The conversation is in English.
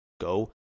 go